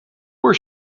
where